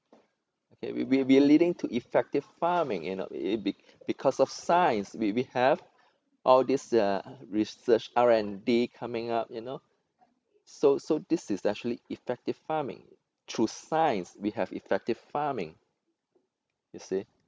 okay we we're leading to effective farming you know be~ because of science we we have all these uh research r and d coming up you know so so this is actually effective farming through science we have effective farming you see